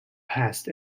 pest